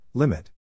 Limit